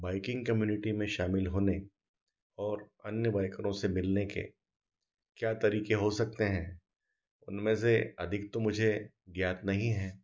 biking community में शामिल होने और अन्य बाइकरों से मिलने के क्या तरीके हो सकते हैं उनमें से अधिक तो मुझे ज्ञात नहीं है